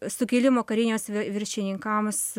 sukilimo kariniuos vi viršininkams